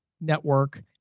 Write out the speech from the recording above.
network